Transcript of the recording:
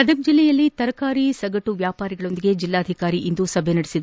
ಗದಗ ಜಿಲ್ಲೆಯಲ್ಲಿ ತರಕಾರಿ ಸಗಟು ವ್ಯಾಪಾರಿಗಳೊಂದಿಗೆ ಜಿಲ್ಲಾಧಿಕಾರಿ ಇಂದು ಸಭೆ ನಡೆಸಿದರು